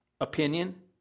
opinion